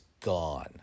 gone